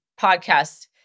podcast